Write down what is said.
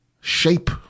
shape